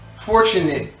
fortunate